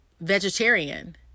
vegetarian